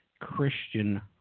Christian